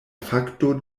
fakto